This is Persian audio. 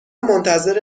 منتظر